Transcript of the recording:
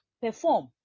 perform